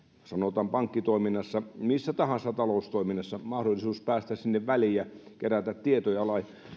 sanotaan että pankkitoiminnassa ja missä tahansa taloustoiminnassa mahdollisuus päästä sinne väliin ja kerätä tietoja